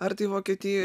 ar tai vokietijoj